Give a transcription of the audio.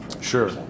Sure